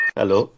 Hello